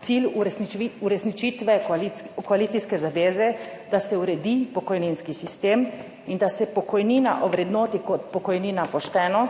cilj uresniči uresničitve koalicijske zaveze, da se uredi pokojninski sistem in da se pokojnina ovrednoti kot pokojnina pošteno,